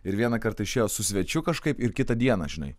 ir vieną kartą išėjo su svečiu kažkaip ir kitą dieną žinai